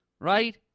Right